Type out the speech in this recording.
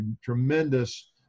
tremendous